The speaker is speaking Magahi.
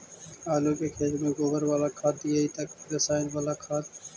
आलू के खेत में गोबर बाला खाद दियै की रसायन बाला खाद?